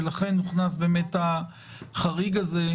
ולכן הוכנס החריג הזה,